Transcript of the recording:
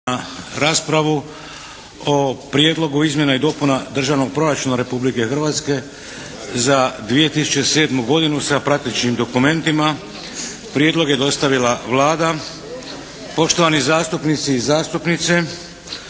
na raspravu o –- Prijedlog o izmjenama i dopunama Državnog proračuna Republike Hrvatske za 2007. godinu sa pratećim dokumentima Prijedlog je dostavila Vlada. Poštovani zastupnici i zastupnice,